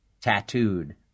tattooed